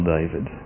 David